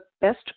best